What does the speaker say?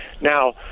Now